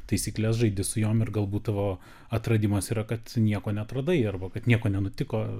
taisykles žaidi su jom ir galbūt tavo atradimas yra kad nieko neatradai arba kad nieko nenutiko